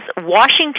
Washington